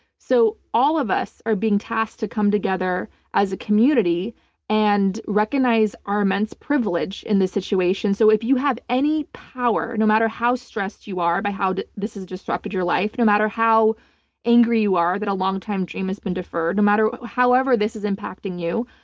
so all of us are being tasked to come together as a community and recognize our immense privilege in this situation, so if you have any power no matter how stressed you are by how this is disrupted your life, no matter how angry you are that a long time dream has been deferred, no matter however this is impacting you.